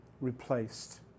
replaced